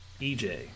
EJ